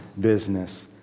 business